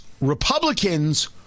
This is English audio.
Republicans